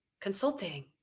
consulting